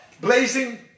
blazing